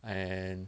and